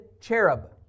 cherub